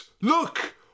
Look